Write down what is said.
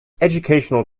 educational